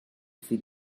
feed